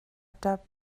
ṭap